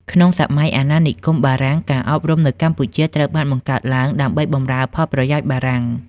ក្នុងសម័យអាណានិគមបារាំង ការអប់រំនៅកម្ពុជាត្រូវបានបង្កើតឡើងដើម្បីបម្រើផលប្រយោជន៍បារាំង។